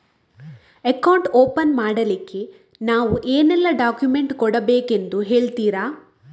Account open ಮಾಡ್ಲಿಕ್ಕೆ ನಾವು ಏನೆಲ್ಲ ಡಾಕ್ಯುಮೆಂಟ್ ಕೊಡಬೇಕೆಂದು ಹೇಳ್ತಿರಾ?